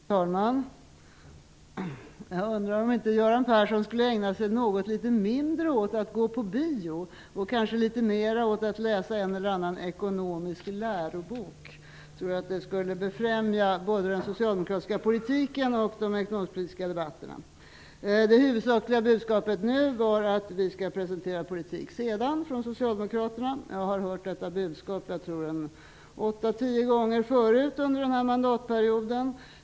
Fru talman! Jag undrar om inte Göran Persson borde ägna sig mindre åt att gå på bio och mera åt att läsa en och annan ekonomisk lärobok. Jag tror att det skulle befrämja både den socialdemokratiska politiken och de ekonomiskpolitiska debatterna. Det huvudsakliga budskapet nu var att Socialdemokraterna skall presentera politik sedan. Jag har hört detta budskap 8--10 gånger förut under den här mandatperioden.